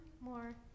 more